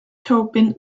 taupin